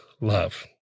love